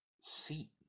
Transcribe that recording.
seat